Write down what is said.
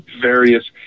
various